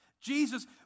Jesus